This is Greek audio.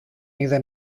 είδε